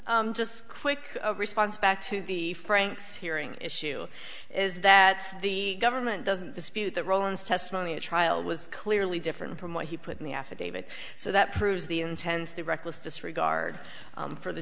honor just a quick response back to the franks hearing issue is that the government doesn't dispute that rowland's testimony at trial was clearly different from what he put in the affidavit so that proves the intensity reckless disregard for the